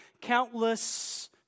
countless